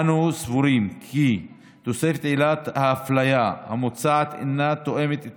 אנו סבורים כי הוספת עילת האפליה המוצעת אינה תואמת את